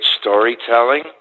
storytelling